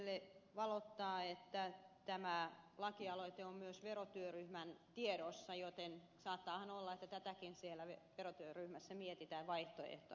tiusaselle valottaa että tämä lakialoite on myös verotyöryhmän tiedossa joten saattaahan olla että tätäkin siellä verotyöryhmässä mietitään vaihtoehtona